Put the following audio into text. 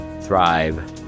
thrive